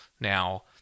now